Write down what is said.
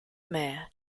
mayor